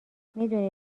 میدونی